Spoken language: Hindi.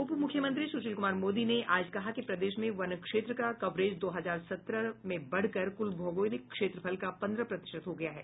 उप मुख्यमंत्री सुशील कुमार मोदी ने आज कहा कि प्रदेश में वन क्षेत्र का कवरेज दो हजार सत्रह में बढ़कर कुल भौगोलिक क्षेत्रफल का पंद्रह प्रतिशत हो गया है